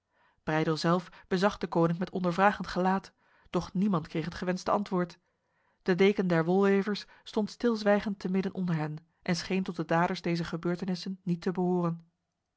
breydel zelf bezag deconinck met ondervragend gelaat doch niemand kreeg het gewenste antwoord de deken der wolwevers stond stilzwijgend te midden onder hen en scheen tot de daders dezer gebeurtenissen niet te behoren